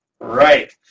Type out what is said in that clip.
Right